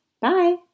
Bye